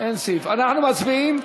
לסעיף 80 (1) (3)